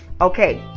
Okay